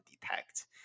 detect